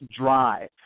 drive